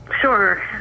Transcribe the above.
Sure